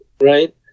right